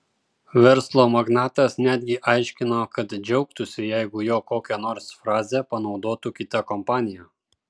verslo magnatas netgi aiškino kad džiaugtųsi jeigu jo kokią nors frazę panaudotų kita kompanija